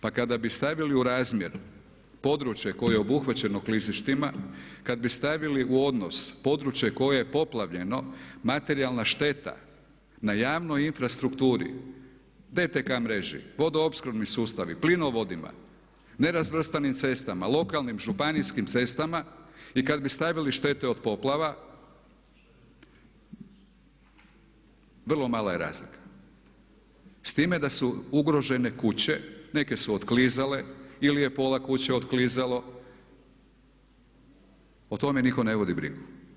Pa kada bi stavili u razmjer područje koje je obuhvaćeno klizištima, kad bi stavili u odnos područje koje je poplavljeno materijalna šteta na javnoj infrastrukturi, de te ka mreži, vodo opskrbni sustavi, plinovodima, nerazvrstanim cestama, lokalnim, županijskim cestama i kad bi stavili štete od poplava vrlo mala je razlika s time da su ugrožene kuće neke su otklizale ili je pola kuće otklizalo, o tome nitko ne vodi brigu.